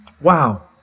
Wow